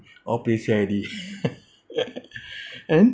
all play share already and